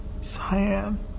Cyan